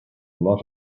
lot